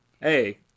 hey